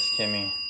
Kimmy